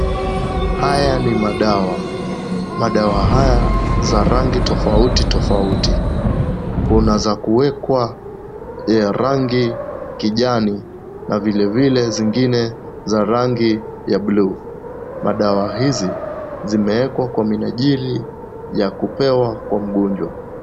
Haya ni madawa, madawa haya za rangi tofauti tofauti. Kuna za kuwekwa ya rangi kijani na vile vile zingine za rangi ya bluu. Madawa hizi zimeekwa kwa minajili ya kupewa kwa mgonjwa.